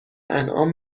انعام